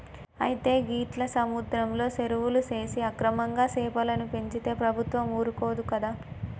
అయితే గీట్ల సముద్రంలో సెరువులు సేసి అక్రమంగా సెపలను పెంచితే ప్రభుత్వం ఊరుకోదు కదా